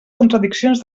contradiccions